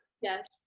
Yes